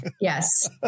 Yes